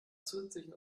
zusätzlichen